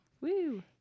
woo